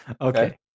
Okay